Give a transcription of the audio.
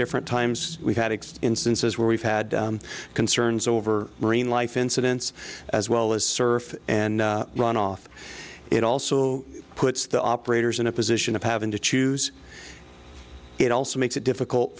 different times we've had excess instances where we've had concerns over marine life incidents as well as surf and runoff it also puts the operators in a position of having to choose it also makes it difficult